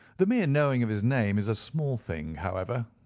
the mere knowing of his name is a small thing, however,